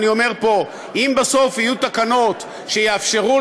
אני אומר פה שאם בסוף יהיו תקנות שיאפשרו